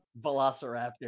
Velociraptor